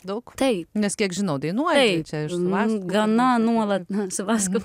daug tai nes kiek žinau dainuojančią ir man gana nuolat na supraskit